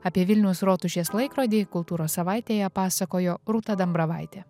apie vilniaus rotušės laikrodį kultūros savaitėje pasakojo rūta dambravaitė